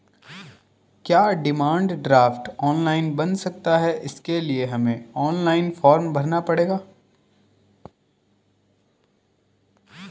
क्या demand draft online बन सकता है इसके लिए हमें ऑनलाइन फॉर्म भरना पड़ेगा?